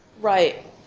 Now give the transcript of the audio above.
right